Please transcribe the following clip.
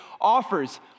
offers